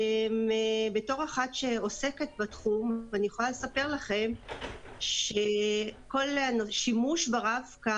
בתור אחת שעוסקת בתחום אני יכולה לספר לכם שכל השימוש ברב-קו